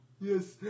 Yes